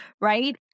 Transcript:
right